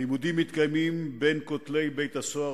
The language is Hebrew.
לעצם העניין, שירות בתי-הסוהר